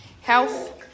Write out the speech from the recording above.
health